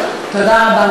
ולקלס, תודה רבה.